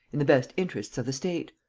in the best interests of the state.